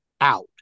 out